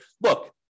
look